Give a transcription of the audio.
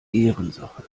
ehrensache